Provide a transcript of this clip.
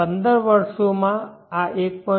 15 વર્ષોમાં આ 1